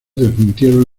desmintieron